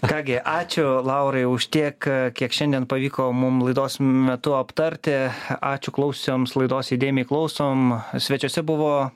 ką gi ačiū laurai už tiek kiek šiandien pavyko mum laidos metu aptarti ačiū klausiusiems laidos įdėmiai klausom svečiuose buvo